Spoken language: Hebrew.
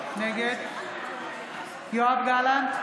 נגד יואב גלנט,